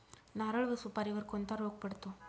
नारळ व सुपारीवर कोणता रोग पडतो?